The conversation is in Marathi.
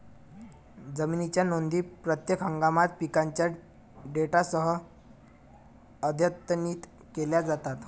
जमिनीच्या नोंदी प्रत्येक हंगामात पिकांच्या डेटासह अद्यतनित केल्या जातात